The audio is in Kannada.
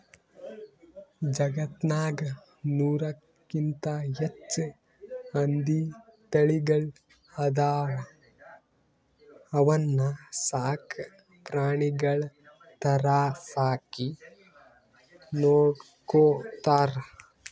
ಜಗತ್ತ್ನಾಗ್ ನೂರಕ್ಕಿಂತ್ ಹೆಚ್ಚ್ ಹಂದಿ ತಳಿಗಳ್ ಅದಾವ ಅವನ್ನ ಸಾಕ್ ಪ್ರಾಣಿಗಳ್ ಥರಾ ಸಾಕಿ ನೋಡ್ಕೊತಾರ್